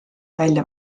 välja